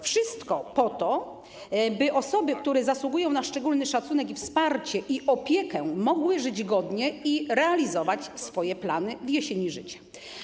Wszystko po to, by osoby, które zasługują na szczególny szacunek, wsparcie i opiekę, mogły żyć godnie i realizować swoje plany w jesieni życia.